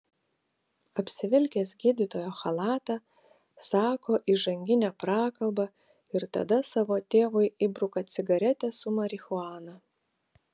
apsivilkęs gydytojo chalatą sako įžanginę prakalbą ir tada savo tėvui įbruka cigaretę su marihuana